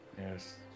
Yes